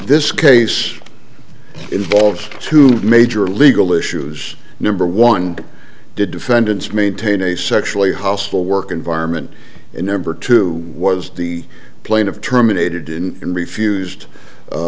this case involves two major legal issues number one did defendants maintain a sexually hostile work environment and number two was the plain of terminated in refused